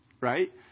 right